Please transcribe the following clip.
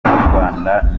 rwanda